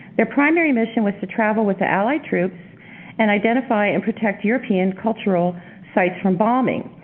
their primary mission was to travel with the allied troops and identify and protect european cultural sites from bombing.